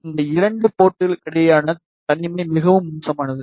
எனவே இந்த இரண்டு போர்ட்ளுக்கிடையேயான தனிமை மிகவும் மோசமானது